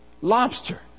lobster